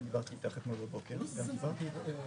יש שלושה שבועות עד סוף השנה.